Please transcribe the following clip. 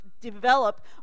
develop